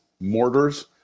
mortars